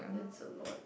that's a lot